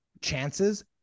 chances